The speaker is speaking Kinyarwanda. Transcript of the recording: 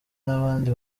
n’abandi